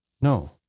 no